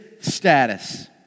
status